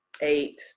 eight